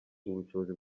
ubushobozi